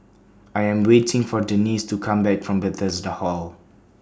I Am waiting For Denisse to Come Back from Bethesda Hall